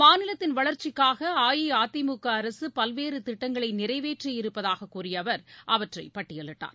மாநிலத்தின் வளர்ச்சிக்காகஅஇஅதிமுகஅரசுபல்வேறுதிட்டங்களைநிறைவேற்றியிருப்பதாககூறியஅவர் அவற்றைபட்டயலிட்டார்